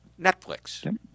Netflix